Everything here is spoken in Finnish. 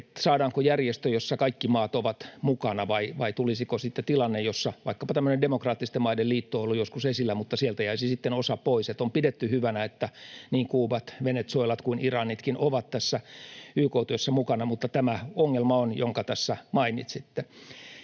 saadaanko järjestö, jossa kaikki maat ovat mukana, vai tulisiko sitten tilanne, että tulisi vaikkapa tämmöinen demokraattisten maiden liitto, joka on ollut joskus esillä, mutta sieltä jäisi sitten osa pois. On pidetty hyvänä, että niin Kuubat, Venezuelat kuin Iranitkin ovat YK-työssä mukana, mutta tämä ongelma on, jonka tässä mainitsitte.